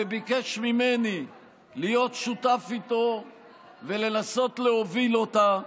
הוא ביקש ממני להיות שותף איתו ולנסות להוביל אותה,